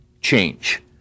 change